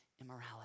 immorality